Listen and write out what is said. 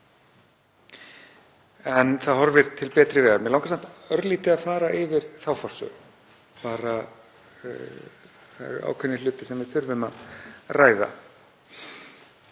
en það horfir til betri vegar. Mig langar samt örlítið að fara yfir þá forsögu, bara ákveðna hluti sem við þurfum að ræða